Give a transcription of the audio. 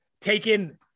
taken